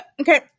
okay